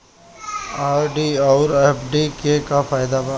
RD आउर FD के का फायदा बा?